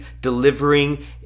delivering